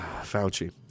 Fauci